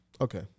okay